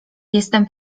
jestem